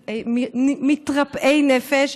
של מתרפאי נפש,